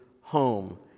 home